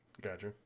Gotcha